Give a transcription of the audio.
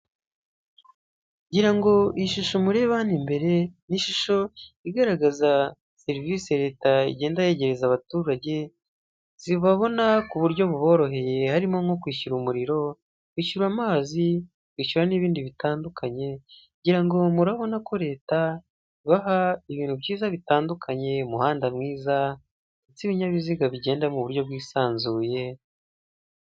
Ngira ngo ishusho mureba hano imbere ni ishusho igaragaza serivisi leta igenda yegereza abaturage, zibabona ku buryo buboroheye harimo nko; kwishyura umuriro, kwishyura amazi, kwishyura n'ibindi bitandukanye. Ngira ngo murabona ko leta ibaha ibintu byiza bitandukanye; umuhanda mwiza ndetse ibinyabiziga bigenda mu buryo bwisanzuye.